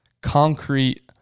concrete